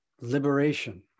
liberation